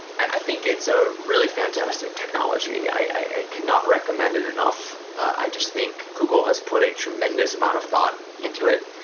i think it's a really fantastic technology. i i cannot recommend it enough. i just think google has put a tremendous amount of thought into it.